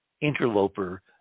interloper